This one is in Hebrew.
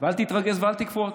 ואל תתרגז ואל תקפוץ.